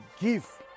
give